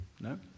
no